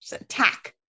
attack